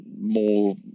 more